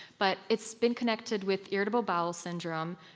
but it's been connected with irritable bowel syndrome,